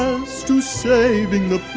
to saving the